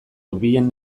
hurbilen